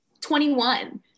21